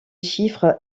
chiffres